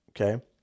Okay